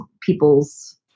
people's